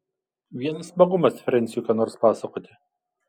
vienas smagumas frensiui ką nors pasakoti